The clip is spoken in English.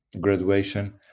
graduation